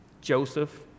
Joseph